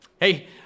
Hey